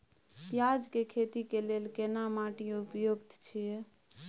पियाज के खेती के लेल केना माटी उपयुक्त छियै?